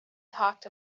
talked